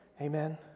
Amen